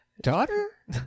daughter